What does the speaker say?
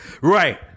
Right